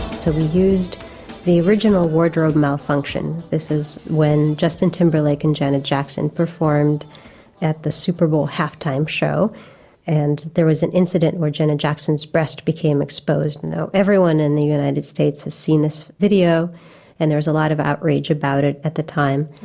so we used the original wardrobe malfunction, this is when justin timberlake and janet jackson performed at the superbowl half-time show and there was an incident where janet jackson's breast became exposed. now everyone in the united states has seen this video and there was a lot of outrage about it at the time.